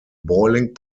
boiling